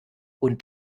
und